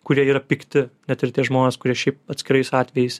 kurie yra pikti net ir tie žmonės kurie šiaip atskirais atvejais